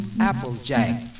Applejack